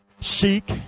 Seek